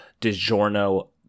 DiGiorno